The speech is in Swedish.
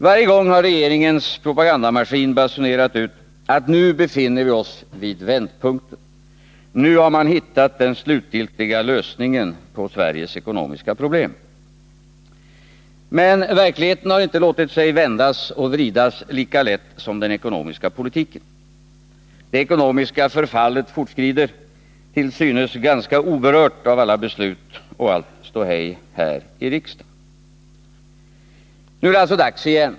Varje gång har regeringens propagandamaskin basunerat ut att nu befinner vi oss vid vändpunkten, nu har man hittat den slutgiltiga lösningen på Sveriges ekonomiska problem. Men verkligheten har inte låtit sig vändas och vridas lika lätt som den ekonomiska politiken. Det ekonomiska förfallet fortskrider, till synes ganska oberört av alla beslut och allt ståhej här i riksdagen. Nu är det alltså dags igen.